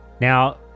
Now